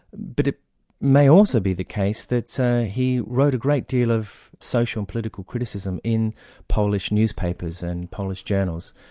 but it may also be the case that so he wrote a great deal of social and political criticism in polish newspapers and polish journals,